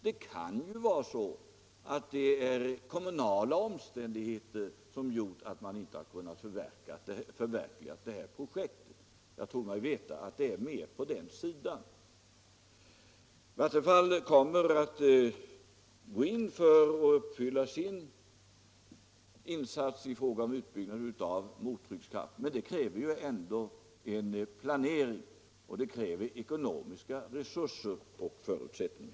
Det kan ju vara så att kommunala omständigheter har gjort att man inte har kunnat förverkliga detta projekt. Jag tror mig veta att det är så det ligger till. Vattenfall kommer att gå in för att göra sin insats i fråga om utbyggnaden av mottryckskraftverk, men det kräver ändå en planering, det kräver ekonomiska resurser och förutsättningar.